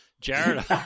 Jared